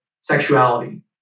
sexuality